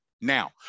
Now